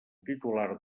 titular